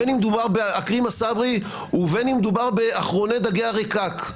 בין אם מדובר בעכרמה סברי ובין אם מדובר באחרוני דגי הרקק.